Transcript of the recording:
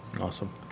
Awesome